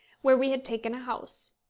where we had taken a house.